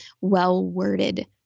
well-worded